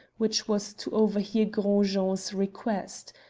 which was to overhear gros jean's request.